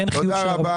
תודה.